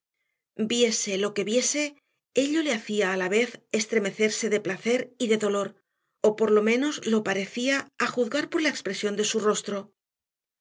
viese lo que viese ello le hacía a la vez estremecerse de placer y de dolor o por lo menos lo parecía a juzgar por la expresión de su rostro